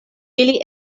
ili